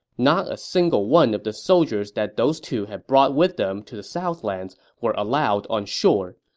not a single one of the soldiers that those two had brought with them to the southlands were allowed on shore.